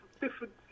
different